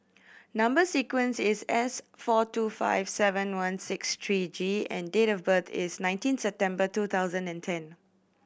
number sequence is S four two five seven one six three G and date of birth is nineteen September two thousand and ten